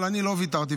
אבל אני לא ויתרתי,